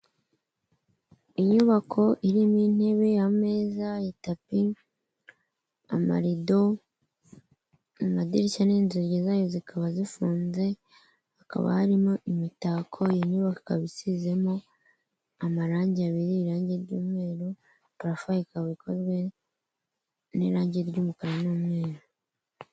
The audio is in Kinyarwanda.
Inyubako irimo intebe, ameza, itapi, amarido, amadirishya n'inzugi zayo zikaba zifunze, hakaba harimo imitako, iyi nyubako ikaba isizemo amarangi abiri, irangi ry'umweru, parafo ikaba ikozwe n'irangi ry'umukara n'umweru.